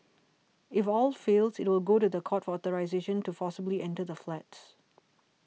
if all fails it will go to the court for authorisation to forcibly enter the flats